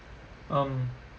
um